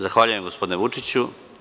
Zahvaljujem gospodine Vučiću.